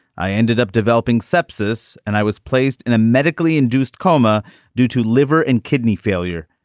i ended up developing sepsis and i was placed in a medically induced coma due to liver and kidney failure.